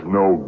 no